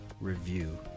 Review